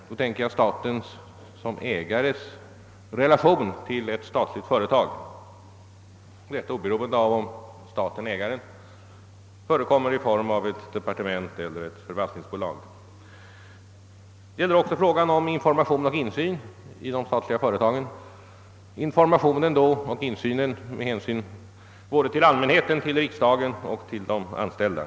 Jag menar då statens ägarrelation till ett statligt företag, oberoende av om staten-ägaren förekommer i form av ett departement eller ett förvaltningsbolag. Vi kan också diskutera frågan om information och insyn i de statliga företagen, med hänsyn till allmänheten, riksdagen och de anställda.